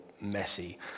messy